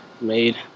made